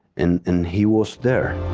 and and he was there.